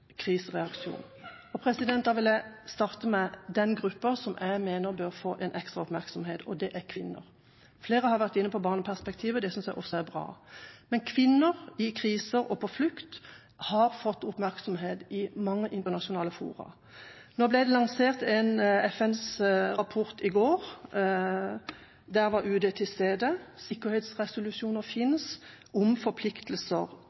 krisereaksjon. Og da vil jeg starte med den gruppa som jeg mener bør få en ekstra oppmerksomhet, og det er kvinner. Flere har vært inne på barneperspektivet, det synes jeg også er bra. Kvinner i kriser og på flukt har fått oppmerksomhet i mange internasjonale fora. Det ble lansert en FN-rapport i går, og der var UD til stede. Sikkerhetsresolusjoner finnes om forpliktelser